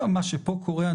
מה שפה קורה,